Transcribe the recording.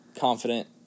confident